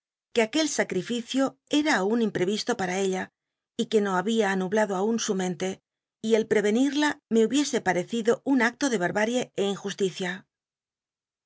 que aquel sacrificio cta aun impro is to pata ella y que no había anublado aun su mente y el prc eni la me hubiese parecido un acto de barbarie é injusticia